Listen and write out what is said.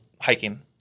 hiking